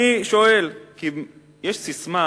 אני שואל, כי יש ססמה